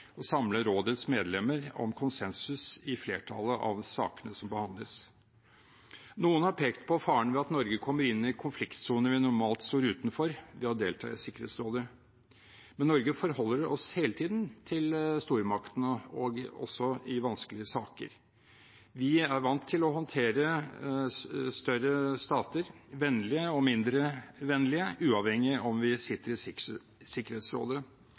rådets medlemmer om konsensus i flertallet av sakene som behandles. Noen har pekt på faren ved at Norge kommer inn i konfliktsoner vi normalt står utenfor, ved å delta i Sikkerhetsrådet. Men Norge forholder seg hele tiden til stormaktene, også i vanskelige saker. Vi er vant til å håndtere større stater – vennlige og mindre vennlige – uavhengig av om vi sitter i Sikkerhetsrådet.